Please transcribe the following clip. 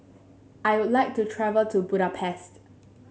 I would like to travel to Budapest